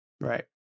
Right